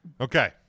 Okay